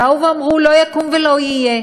באו ואמרו: לא יקום ולא יהיה.